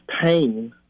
pain